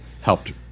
helped